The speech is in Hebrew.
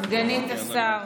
סגנית השר